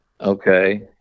Okay